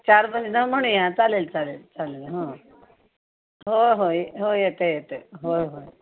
चार भजनं म्हणूया चालेल चालेल चालेल हं हो हो ये हो येते येते होय होय